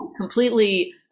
completely